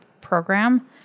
program